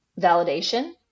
validation